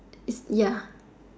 is ya